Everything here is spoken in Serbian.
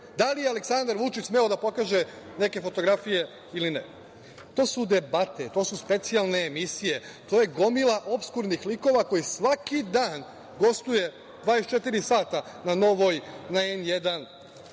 da li je Aleksandar Vučić smeo da pokaže neke fotografije ili ne? To su debate, to su specijalne emisije, to je gomila opskurnih likova koji svaki dan gostuju 24 sata na Novoj, na N1,